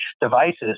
devices